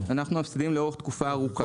אנחנו מפסידים לאורך תקופה ארוכה.